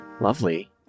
Lovely